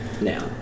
Now